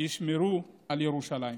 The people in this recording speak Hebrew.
ישמרו על ירושלים.